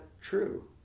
true